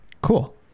Cool